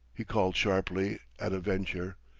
he called sharply, at a venture.